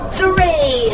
three